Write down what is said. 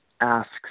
asks